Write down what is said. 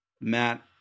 Matt